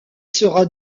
sera